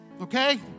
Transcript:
Okay